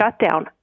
shutdown